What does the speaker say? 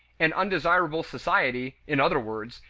an undesirable society, in other words,